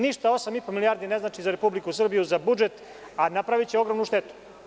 Ništa 8,5 milijardi ne znači za Republiku Srbiju za budžet, a napraviće ogromnu štetu.